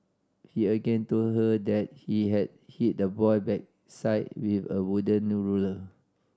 he again told her that he had hit the boy backside with a wooden ruler